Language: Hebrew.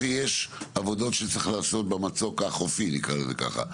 כי אם יתברר שיש עבודות שצריך לעשות במצוק החופי נקרא לזה ככה,